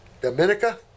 Dominica